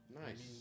Nice